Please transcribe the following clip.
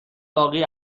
باقی